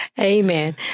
Amen